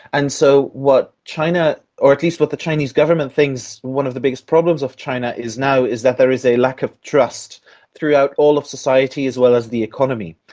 and so what china or at least what the chinese government thinks one of the biggest problems of china is now is that there is a lack of trust throughout all of society as well as the economy.